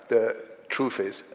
the truth is,